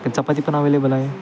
का चपाती पण अवेलेबल आहे